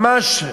ממש,